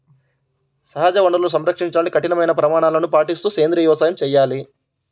సహజ వనరులను సంరక్షించాలంటే కఠినమైన ప్రమాణాలను పాటిస్తూ సేంద్రీయ వ్యవసాయం చేయాలి